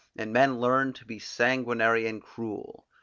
and men learned to be sanguinary and cruel.